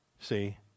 see